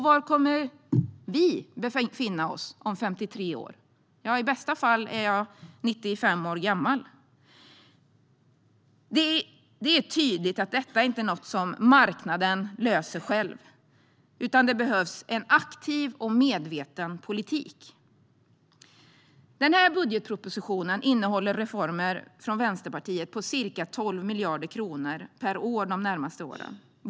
Var kommer vi att befinna oss om 53 år? I bästa fall är jag 95 år gammal. Det är tydligt att detta inte är något som marknaden löser själv, utan det behövs en aktiv och medveten politik. Budgetpropositionen innehåller reformer från Vänsterpartiet på ca 12 miljarder kronor per år de närmaste åren.